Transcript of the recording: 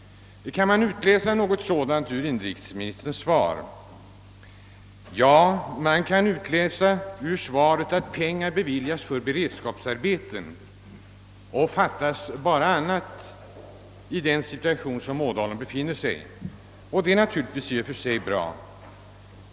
Kan man utläsa något sådant ur inrikesministerns svar? Man kan utläsa ur svaret att pengar beviljats för beredskapsarbeten; fattas bara annat i den situation vari Ådalen befinner sig. Naturligtvis är detta i och för sig bra.